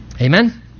Amen